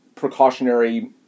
precautionary